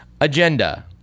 agenda